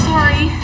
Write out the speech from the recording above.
Sorry